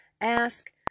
ask